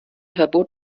verbot